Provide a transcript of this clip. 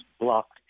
blocked